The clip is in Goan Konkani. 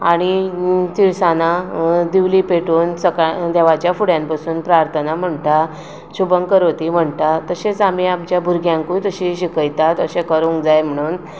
आनी तिळसाणां दिवळी पेटोवन सकाळी देवाच्या फुड्यान बसून प्राथना म्हणटात शुभमकरुती म्हणटात तशेंच आमी आमच्या भुरग्यांकूय तशें शिकयतात अशें करूंक जाय म्हणून